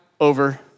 over